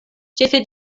ĉefe